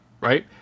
right